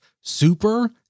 Super